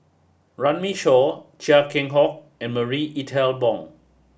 Runme Shaw Chia Keng Hock and Marie Ethel Bong